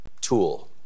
tool